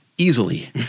Easily